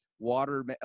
water